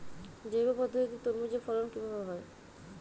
জৈব পদ্ধতিতে তরমুজের ফলন কিভাবে হয়?